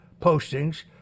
postings